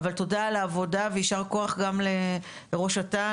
תודה על העבודה ויישר כוח גם לראש אט"ל,